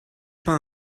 pas